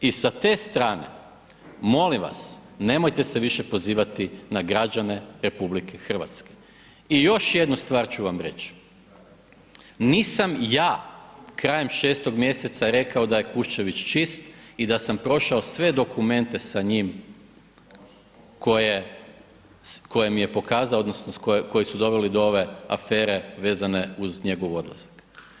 I sa te strane molim vas nemojte se više pozivati na građane RH i još jednu stvar ću vam reć, nisam ja krajem 6. mjeseca rekao da je Kuščević čist i da sam prošao sve dokumente sa njim koje mi je pokazao odnosno koji su doveli do ove afere vezane uz njegov odlazak.